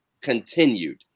continued